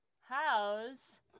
house